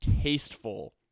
tasteful